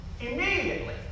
Immediately